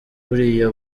buriya